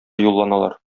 юлланалар